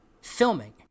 filming